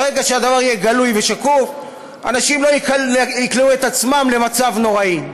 ברגע שהדבר יהיה גלוי ושקוף אנשים לא ייקלעו למצב נוראי.